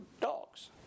dogs